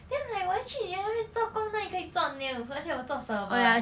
then like 我要去那边做工哪里可以做 nails 而且我做 server eh